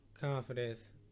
confidence